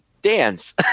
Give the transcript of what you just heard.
dance